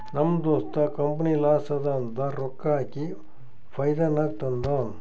ನಮ್ ದೋಸ್ತ company loss ಅದಾ ಅಂತ ರೊಕ್ಕಾ ಹಾಕಿ ಫೈದಾ ನಾಗ್ ತಂದಾನ್